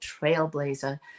trailblazer